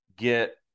get